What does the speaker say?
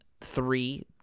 three